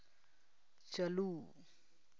ᱪᱟᱹᱞᱩ